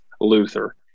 Luther